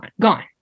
gone